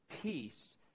peace